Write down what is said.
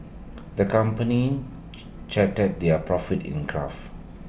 the company charted their profits in A graph